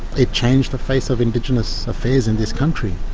it changed the face of indigenous affairs in this country,